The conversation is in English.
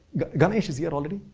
ganesh is here already.